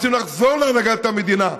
רוצים לחזור להנהגת המדינה.